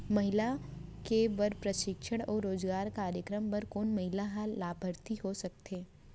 महिला के बर प्रशिक्षण अऊ रोजगार कार्यक्रम बर कोन महिला ह लाभार्थी हो सकथे?